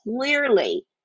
clearly